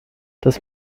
das